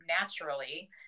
naturally